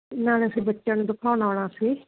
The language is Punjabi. ਨਾਲ ਅਸੀਂ ਬੱਚਿਆਂ ਨੂੰ ਦਖਾਉਣ ਆਉਣਾ ਸੀ